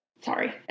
Sorry